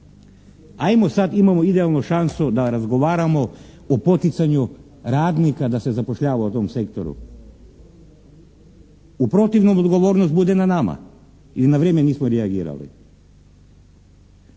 Ajmo sad, imamo idealnu šansu da razgovaramo o poticanju radnika da se zapošljava u tom sektoru. U protivnom odgovornost bude na nama jer na vrijeme nismo reagirali.